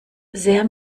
sehr